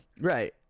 Right